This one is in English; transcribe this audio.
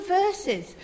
verses